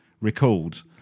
recalled